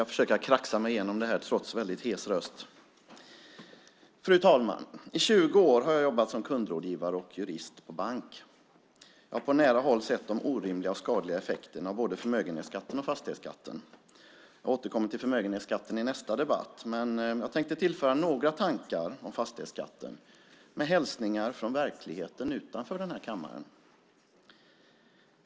Fru talman! I 20 år har jag jobbat som kundrådgivare och jurist på bank. Jag har på nära håll sett de orimliga och skadliga effekterna av både förmögenhetsskatten och fastighetsskatten. Jag återkommer till förmögenhetsskatten i nästa debatt, men jag tänkte tillföra några tankar om fastighetsskatten - med hälsningar från verkligheten utanför den här kammaren.